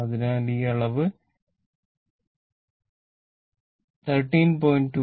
അതിനാൽ ഈ അളവ് 13